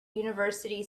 university